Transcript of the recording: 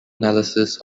analysis